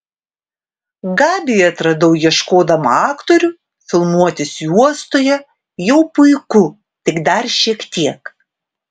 gabiją atradau ieškodama aktorių filmuotis juostoje jau puiku tik dar šiek tiek